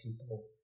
people